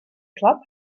club